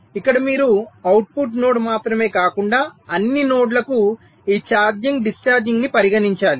ఇక్కడ మీరు output node మాత్రమే కాకుండా అన్ని నోడ్లకు ఈ ఛార్జింగ్ డిశ్చార్జింగ్ను పరిగణించాలి